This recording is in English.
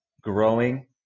growing